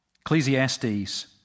Ecclesiastes